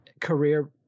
career